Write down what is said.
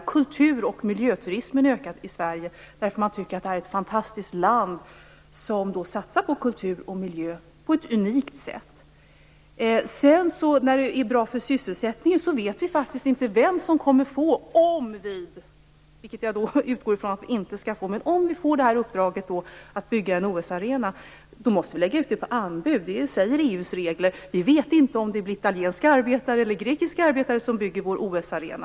Kultur och miljöturismen ökar i Sverige, eftersom man tycker att det är ett fantastiskt land som satsar på kultur och miljö på ett unikt sätt. Det sägs att ett OS är bra för sysselsättningen. Vi vet faktiskt inte vem som kommer att få arbeten om vi får uppdraget att bygga en OS-arena - vilket jag utgår från att vi inte skall få. Vi måste lägga ut det på anbud. Det säger EU:s regler. Vi vet inte om det blir italienska arbetare eller grekiska arbetare som bygger vår OS-arena.